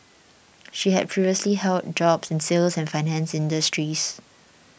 she had previously held jobs in the sales and finance industries